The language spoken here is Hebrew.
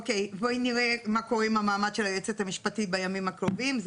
אוקיי בואי נראה מה קורה עם המעמד של היועצת המשפטית בימים הקרובים.